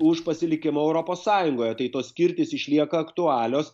už pasilikimą europos sąjungoje tai tos skirtys išlieka aktualios